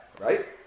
right